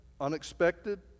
unexpected